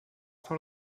for